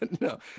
no